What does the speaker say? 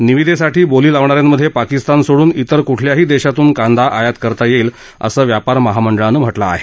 निविदेसाठी बोली लावणाऱ्यांमध्ये पाकिस्तान सोडून इतर कुठल्याही देशातून कांदा आयात करता येईल असं व्यापार महामंडळानं म्हटलं आहे